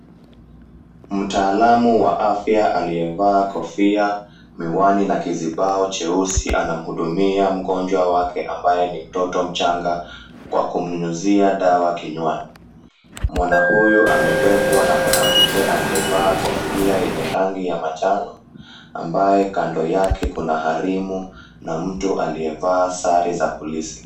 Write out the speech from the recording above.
Mtaalamu wa afya aliyevaa kofia, miwani na kizibao cheusi anamuhudumia mgonjwa wake ambaye ni mtoto mchanga kwa kumunyunyuzia dawa kinywani, mwana huyu amebebwa na mwanamke aliyevaa kofia ya rangi ya manjano ambaye kando yake kuna harimu na mtu aliyevaa sare za polisi.